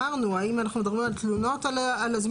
האם אנחנו מדברים על תלונות על זמינות